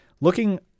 Looking